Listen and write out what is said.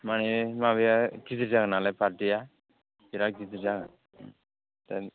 माने माबाया गिदिर जागोन नालाय बार्थडे आ बिरात गिदिर जागोन